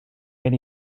gen